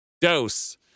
dose